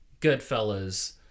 Goodfellas